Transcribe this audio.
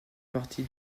partie